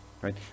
right